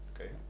okay